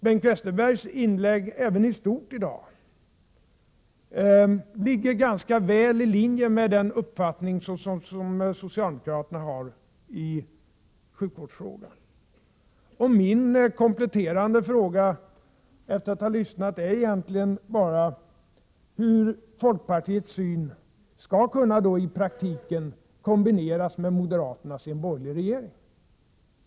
Bengt Westerbergs inlägg ligger ganska väl i linje med den uppfattning som socialdemokraterna har i sjukvårdsfrågan. Min kompletterande fråga efter att ha lyssnat är egentligen bara hur folkpartiets syn i praktiken skall kunna kombineras med moderaternas i en borgerlig regering.